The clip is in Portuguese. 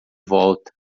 volta